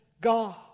God